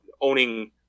owning